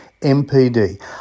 MPD